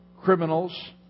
criminals